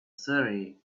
surrey